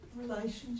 Relationship